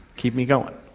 keep me going.